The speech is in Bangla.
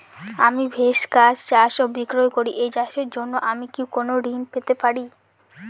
আমি ভেষজ গাছ চাষ ও বিক্রয় করি এই চাষের জন্য আমি কি কোন ঋণ পেতে পারি?